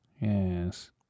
Yes